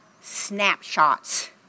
snapshots